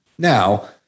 Now